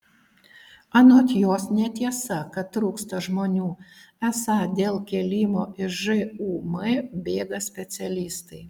anot jos netiesa kad trūksta žmonių esą dėl kėlimo iš žūm bėga specialistai